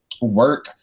work